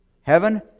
Heaven